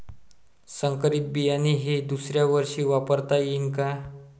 संकरीत बियाणे हे दुसऱ्यावर्षी वापरता येईन का?